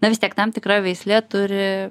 na vis tiek tam tikra veislė turi